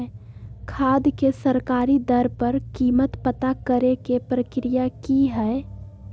खाद के सरकारी दर पर कीमत पता करे के प्रक्रिया की हय?